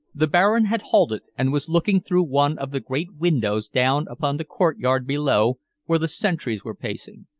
the baron had halted, and was looking through one of the great windows down upon the courtyard below where the sentries were pacing.